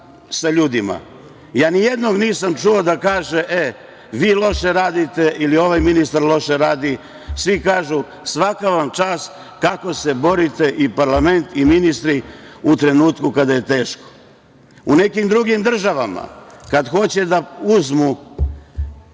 Ni jednog nisam čuo da kažem – e, vi loše radite ili ovaj ministar loše radi. Svi kažu – svaka vam čast kako se borite i parlament i ministri u trenutku kada je teško.U nekim drugim državama kad hoće da uzmu